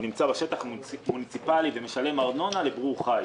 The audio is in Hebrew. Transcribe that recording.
הוא נמצא בשטח מוניציפלי ומשלם ארנונה לברור חיל.